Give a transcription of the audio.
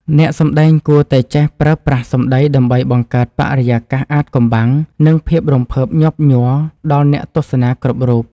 អ្នកសម្តែងគួរតែចេះប្រើប្រាស់សម្តីដើម្បីបង្កើតបរិយាកាសអាថ៌កំបាំង និង ភាពរំភើបញាប់ញ័រដល់អ្នកទស្សនាគ្រប់រូប។